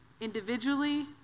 individually